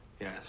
Yes